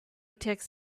tech